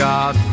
God